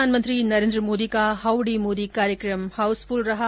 प्रधानमंत्री नरेन्द्र मोदी का हाउडी मोदी कार्यक्रम हाउसफुल रहा